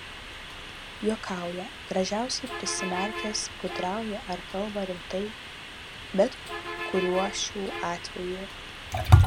juokauja gražiausiai prisimerkęs gudrauja ar kalba rimtai bet kuriuo šių atvejų